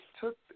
took